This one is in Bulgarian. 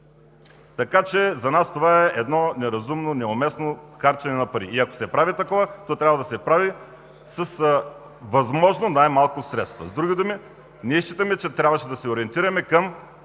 Сърбия. За нас това е едно неразумно, неуместно харчене на пари. И ако се прави такова, то трябва да се прави с възможно най-малко средства. С други думи ние считаме, че трябваше да се ориентираме към